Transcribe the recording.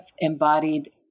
embodied